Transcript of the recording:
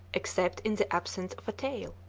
except in the absence of a tail,